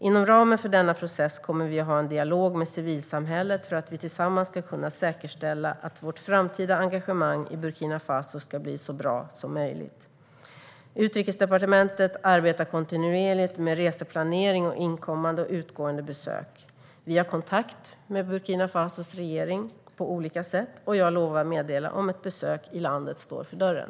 Inom ramen för denna process kommer vi att ha en dialog med civilsamhället för att vi tillsammans ska kunna säkerställa att vårt framtida engagemang i Burkina Faso ska bli så bra som möjligt. Utrikesdepartementet arbetar kontinuerligt med reseplanering och inkommande och utgående besök. Vi har kontakt med Burkina Fasos regering på olika sätt, och jag lovar att meddela om ett besök i landet står för dörren.